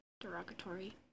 Derogatory